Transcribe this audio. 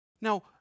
Now